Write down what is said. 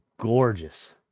gorgeous